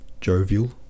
jovial